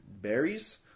berries